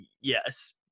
yes